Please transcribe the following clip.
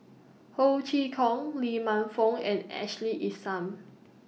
Ho Chee Kong Lee Man Fong and Ashley Isham